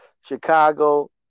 Chicago